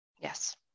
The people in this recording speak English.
Yes